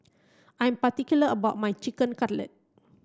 I'm particular about my Chicken Cutlet